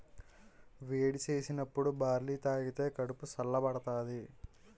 వేడి సేసినప్పుడు బార్లీ తాగిదే కడుపు సల్ల బడతాది